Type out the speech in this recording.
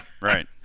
Right